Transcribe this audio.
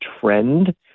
trend